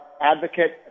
advocate